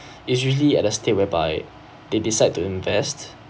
it's usually at a state whereby they decide to invest